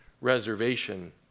reservation